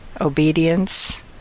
obedience